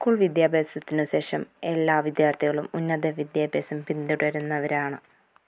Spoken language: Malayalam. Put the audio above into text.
സ്കൂൾ വിദ്യാഭ്യാസത്തിന് ശേഷം എല്ലാ വിദ്യാർത്ഥികളും ഉന്നത വിദ്യാഭ്യാസം പിന്തുടരുന്നവരാണ്